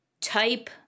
type